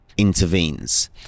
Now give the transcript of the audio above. intervenes